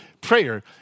prayer